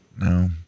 no